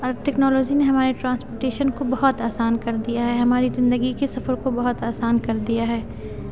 اور ٹیکنالوجی نے ہمارے ٹرانسپوٹیشن کو بہت آسان کر دیا ہے ہماری زندگی کے سفر کو بہت آسان کر دیا ہے